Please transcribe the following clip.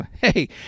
Hey